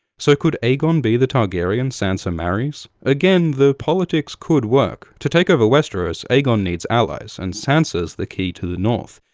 so could aegon be the targaryen sansa marries? again, the politics could work to take over westeros, aegon needs allies, and sansa's the key to the north.